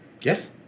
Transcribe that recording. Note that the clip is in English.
Yes